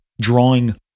drawing